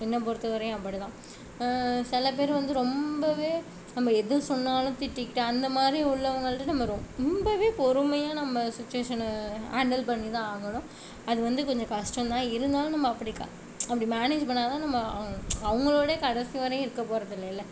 என்னை பொறுத்தவரையும் அப்படிதான் சில பேர் வந்து ரொம்பவே நம்ம எது சொன்னாலும் திட்டிகிட்டு அந்த மாதிரி உள்ளவங்கள்ட்ட நம்ம ரொம்பவே பொறுமையாக நம்ம சிச்சுவேஷனை ஹேண்டில் பண்ணிதான் ஆகணும் அது வந்து கொஞ்சம் கஷ்டம்தான் இருந்தாலும் நம்ம அப்படிக்கா அப்படி மேனேஜ் பண்ணிணாதான் நம்ம அவங் அவங்களோடே கடைசி வரையும் இருக்கப்போவது இல்லையில